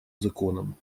законом